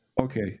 Okay